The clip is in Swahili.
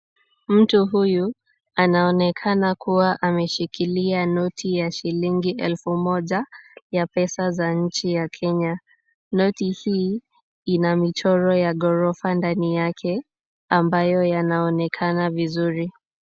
Mtu huyu anaonekana kuwa ameshikilia noti ya shilingi elfu moja ya pesa za nchi ya Kenya. Noti hii ina michoro ya ghorofa ndani yake ambayo yanaonekana vizuri.